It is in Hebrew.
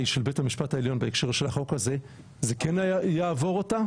של בית המשפט העליון בהקשר של החוק הזה זה כן יעבור אותה?